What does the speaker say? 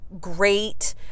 great